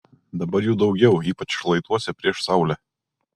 dabar jų daugiau ypač šlaituose prieš saulę